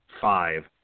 five